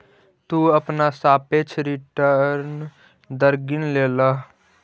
तु अपना सापेक्ष रिटर्न दर गिन लेलह